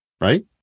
right